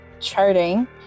charting